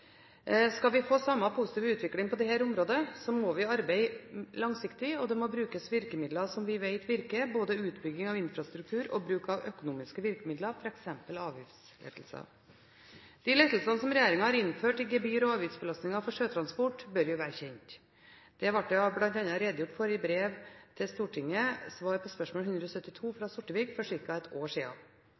Skal vi få samme positive utvikling på dette området, må vi arbeide langsiktig, og det må brukes virkemidler som vi vet virker, både utbygging av infrastruktur og bruk av økonomiske virkemidler, f.eks. avgiftslettelser. De lettelsene som regjeringen har innført i gebyr- og avgiftsbelastningen for sjøtransport, bør være kjent. Dette ble det bl.a. redegjort for i brev til Stortinget som svar på spørsmål nr. 172 fra Sortevik for ca. ett år